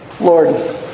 Lord